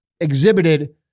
exhibited